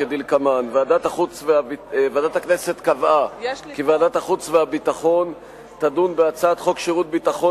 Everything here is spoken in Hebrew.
ועדת הכנסת קבעה כי ועדת החוץ והביטחון תדון בהצעת חוק שירות ביטחון